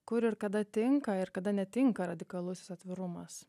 kur ir kada tinka ir kada netinka radikalusis atvirumas